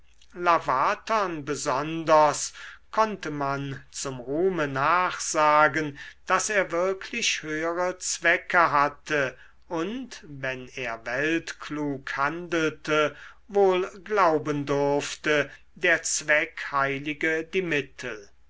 lavatern besonders konnte man zum ruhme nachsagen daß er wirklich höhere zwecke hatte und wenn er weltklug handelte wohl glauben durfte der zweck heilige die mittel